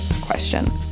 question